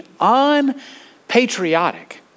unpatriotic